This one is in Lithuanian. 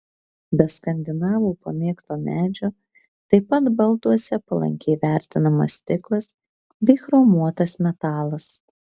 be skandinavų pamėgto medžio taip pat balduose palankiai vertinamas stiklas bei chromuotas metalas